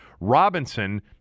Robinson